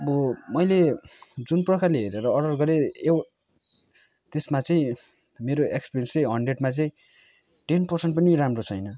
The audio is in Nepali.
अब मैले जुन प्रकारले हेरेर अर्डर गरेँ त्यसमा चाहिँ मेरो एक्सपिरियन्स चाहिँ हनड्रेडमा चाहिँ टेन पर्सेन्ट पनि राम्रो छैन